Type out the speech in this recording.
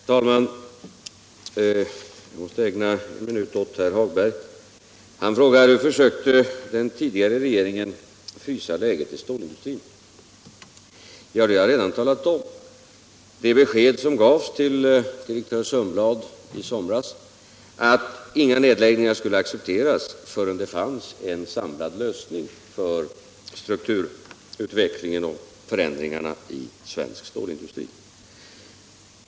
Herr talman! Jag måste ägna en minut åt herr Hagberg. Han frågade: Försökte den tidigare regeringen frysa läget i stålindustrin? Vi har redan talat om det besked som gavs till direktör Sundblad i somras, nämligen att inga nedläggningar skulle accepteras förrän det fanns en samlad lösning för strukturutveckling och förändringar i svensk stålindustri.